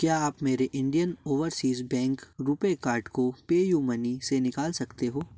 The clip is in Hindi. क्या आप मेरे Indian overseas bank RuPay card को पेयूमनी से निकाल सकते हो